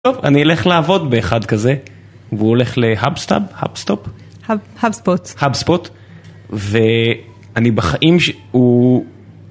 טוב, אני אלך לעבוד באחד כזה והוא הולך להאבסטאב? האבסטופ? האבספוט ואני בחיים שלי, הוא..